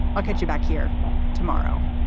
i'll catch you back here tomorrow